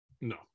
No